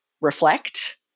reflect